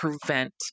prevent